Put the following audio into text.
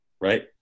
right